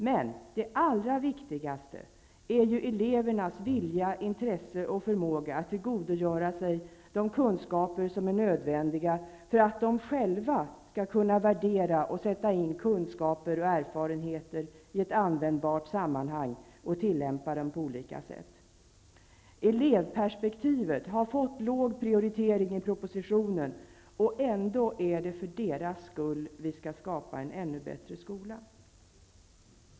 Men det allra viktigaste är elevernas vilja, intresse och förmåga att tillgodogöra sig de kunskaper som är nödvändiga för att de själva skall kunna värdera och sätta in kunskaper och erfarenheter i ett användbart sammanhang och tillämpa dem på olika sätt. Elevperspektivet har fått låg prioritet i propositionen. Ändå är det för elevernas skull vi skall skapa en ännu bättre skola.